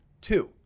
Two